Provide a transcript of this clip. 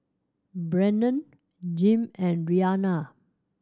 Brennan Jim and Rianna